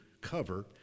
cover